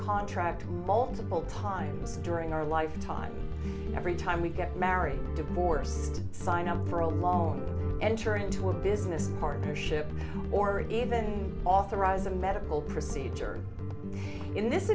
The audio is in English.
contract multiple times during our life time every time we get married divorced sign up for a long enter into a business partnership or even authorize a medical procedure in this